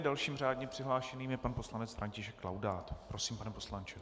Dalším řádně přihlášeným je pan poslanec František Laudát. Prosím, pane poslanče.